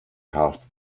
half